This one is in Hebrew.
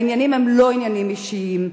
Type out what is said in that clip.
העניינים הם לא עניינים אישיים.